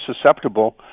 susceptible